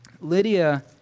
Lydia